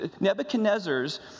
Nebuchadnezzar's